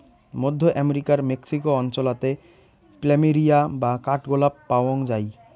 মধ্য আমেরিকার মেক্সিকো অঞ্চলাতে প্ল্যামেরিয়া বা কাঠগোলাপ পায়ং যাই